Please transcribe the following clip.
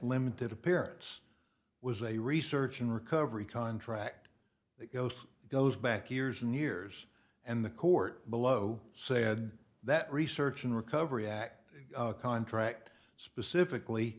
limited appearance was a research and recovery contract that goes back years and years and the court below said that research and recovery act contract specifically